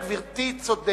בהחלט, גברתי צודקת,